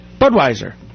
Budweiser